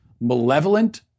malevolent